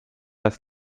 als